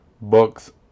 books